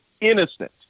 innocent